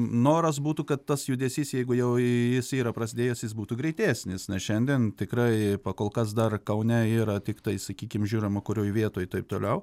noras būtų kad tas judesys jeigu jis yra prasidėjęs jis būtų greitesnis na šiandien tikrai pakolkas dar kaune yra tiktai sakykim žiūroma kurioj vietoj ir taip toliau